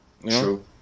True